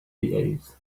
behaves